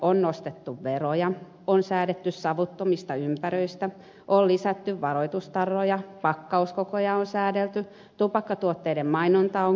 on nostettu veroja on säädetty savuttomista ympäristöistä on lisätty varoitustarroja pakkauskokoja on säädelty tupakkatuotteiden mainonta on kielletty